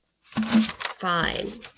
fine